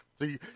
See